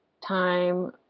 time